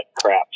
crap